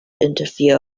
interfere